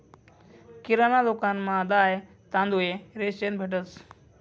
किराणा दुकानमा दाय, तांदूय, रेशन भेटंस